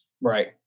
right